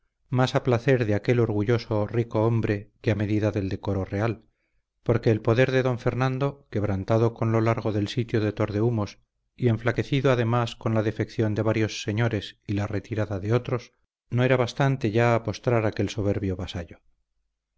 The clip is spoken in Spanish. más a placer de aquel orgulloso rico hombre que a medida del decoro real porque el poder de don fernando quebrantado con lo largo del sitio de tordehumos y enflaquecido además con la defección de varios señores y la retirada de otros no era bastante ya a postrar aquel soberbio vasallo